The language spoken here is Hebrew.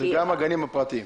וגם הגנים הפרטיים.